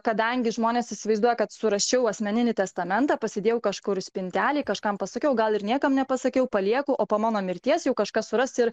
kadangi žmonės įsivaizduoja kad surasčiau asmeninį testamentą pasidėjau kažkur spintelėje kažkam pasakiau gal ir niekam nepasakiau palieku o po mano mirties jau kažkas suras ir